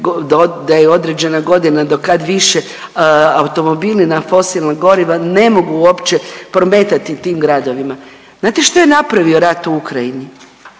da je određena godina do kad više automobili na fosilna goriva ne mogu uopće prometati tim gradovima. Znate što je napravio rat u Ukrajini?